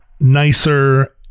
nicer